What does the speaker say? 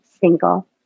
single